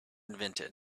invented